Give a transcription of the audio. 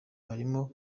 barimo